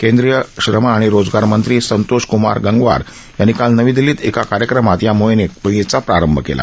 केंद्रीय श्रम आणि रोजगार मंत्री संतोष कुमार गंगवार यांनी काल नवी दिल्लीत एका कार्यक्रमात या मोहिमेचा प्रारंभ केला